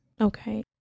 Okay